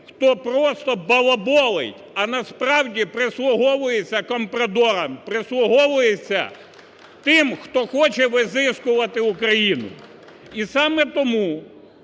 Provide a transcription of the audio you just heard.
хто просто "балоболить", а насправді прислуговується компрадорам, прислуговується тим, хто хоче визискувати Україну! І саме тому,